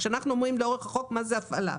כשאנחנו אומרים לאורך החוק מה זה הפעלה.